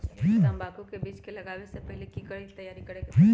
तंबाकू के बीज के लगाबे से पहिले के की तैयारी करे के परी?